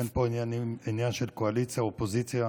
אין פה עניין של קואליציה ואופוזיציה,